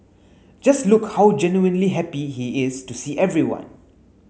just look how genuinely happy he is to see everyone